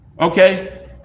Okay